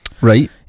Right